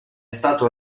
stato